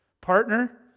partner